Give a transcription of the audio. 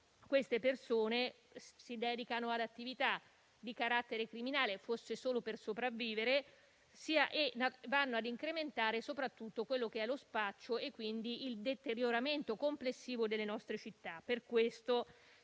queste persone si dedicano ad attività di carattere criminale, anche solo per sopravvivere, e vanno ad incrementare soprattutto lo spaccio, quindi il deterioramento complessivo delle nostre città.